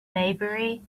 maybury